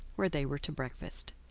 where they were to breakfast.